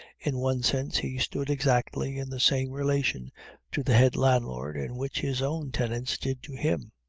in one sense, he stood exactly in the same relation to the head landlord, in which his own tenants did to him.